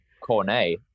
Cornet